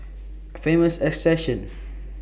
Famous assertion